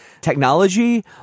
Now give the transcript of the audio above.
technology